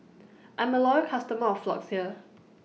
I'm A Loyal customer of Floxia